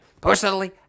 Personally